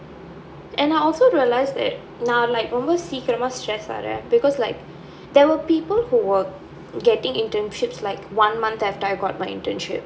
and I also realise that நான்:naan like சீக்கிரமா:seekiramaa stress ஆகுறேன்:aaguraen because like there were people who were getting internships like one month after I got my internship